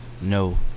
No